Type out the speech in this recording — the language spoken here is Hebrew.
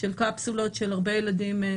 של קפסולות של הרבה ילדים.